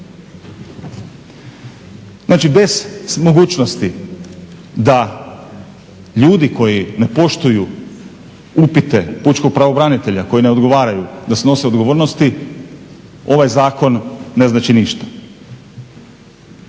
Znači bez mogućnosti da ljudi koji ne poštuju upite pučkog pravobranitelja koji ne odgovaraju da snose odgovornosti ovaj zakon ne znači ništa.